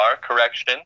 correction